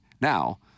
Now